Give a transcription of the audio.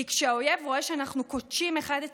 כי כשהאויב רואה שאנחנו כותשים אחד את